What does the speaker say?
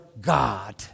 God